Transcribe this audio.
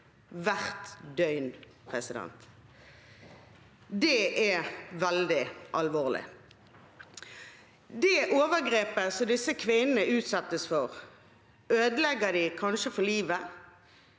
hvert døgn. Det er veldig alvorlig. Det overgrepet disse kvinnene utsettes for, ødelegger dem kanskje for livet,